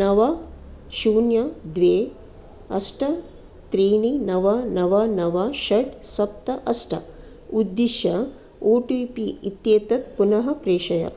नव शून्यं द्वे अष्ट त्रीणि नव नव नव षट् सप्त अष्ट उद्दिश्य ओ टि पि इत्येतत् पुनः प्रेषय